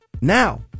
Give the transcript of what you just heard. Now